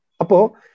Apo